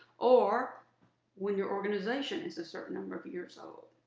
or when your organization is a certain number of years old.